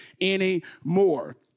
anymore